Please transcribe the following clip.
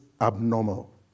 abnormal